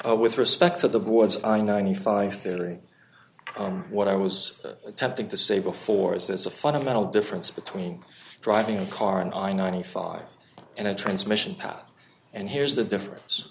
oh with respect to the boards i ninety five on what i was attempting to say before is there's a fundamental difference between driving a car and i ninety five and a transmission path and here's the difference